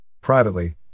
Privately